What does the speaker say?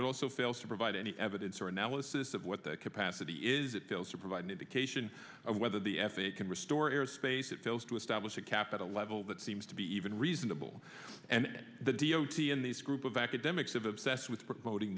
it also fails to provide any evidence or analysis of what the capacity is it fails to provide an indication of whether the f a a can restore airspace it fails to establish a capital level that seems to be even reasonable and the d o t in this group of academics of obsessed with promoting